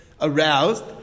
aroused